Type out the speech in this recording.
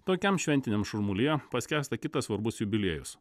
tokiam šventiniam šurmulyje paskęsta kitas svarbus jubiliejus